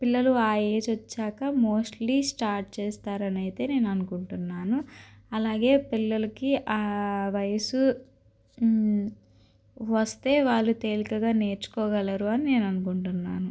పిల్లలు ఆ ఏజ్ వచ్చాక మోస్ట్లీ స్టార్ట్ చేస్తారని అయితే నేను అనుకుంటున్నాను అలాగే పిల్లలకి ఆ వయసు వస్తే వాళ్ళు తేలికగా నేర్చుకోగలరు అని నేను అనుకుంటున్నాను